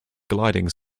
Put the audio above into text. gliding